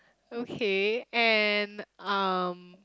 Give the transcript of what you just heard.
okay and um